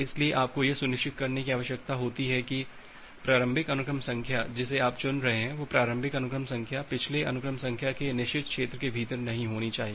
इसलिए आपको यह सुनिश्चित करने की आवश्यकता है कि प्रारंभिक अनुक्रम संख्या जिसे आप चुन रहे हैं वो प्रारंभिक अनुक्रम संख्या पिछले अनुक्रम संख्या के निषिद्ध क्षेत्र के भीतर नहीं होनी चाहिए